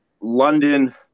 London